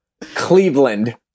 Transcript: cleveland